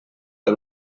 que